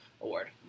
Award